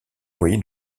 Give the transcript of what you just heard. moyen